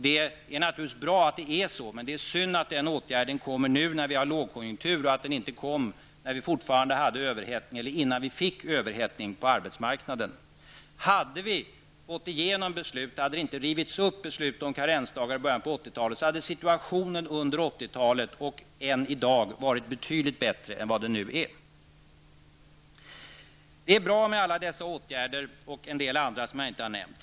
Det är naturligtvis bra att det är så, men det är synd att den åtgärden kommer nu när vi har lågkonjunktur och att den inte kom innan vi fick överhettning på arbetsmarknaden. Hade inte beslutet om karrensdagar rivits upp i början på 80-talet, så hade situationen under 80-talet och än i dag varit betydligt bättre än vad den nu är. Det är bra med alla dessa åtgärder, och en del andra som jag inte har nämnt.